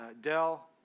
Dell